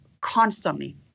constantly